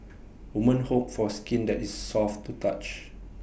women hope for skin that is soft to touch